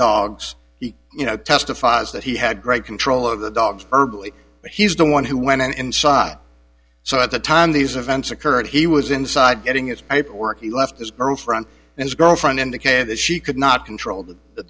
he you know testifies that he had great control of the dogs he's the one who went on inside so at the time these events occurred he was inside getting its paperwork he left his girlfriend and his girlfriend indicated that she could not control the